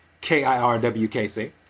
K-I-R-W-K-C